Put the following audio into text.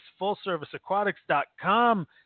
FullServiceAquatics.com